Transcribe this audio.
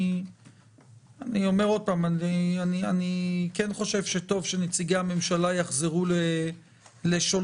אני חושב שטוב שנציגי הממשלה יחזרו לשולחיהם